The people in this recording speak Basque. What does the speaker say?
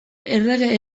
errege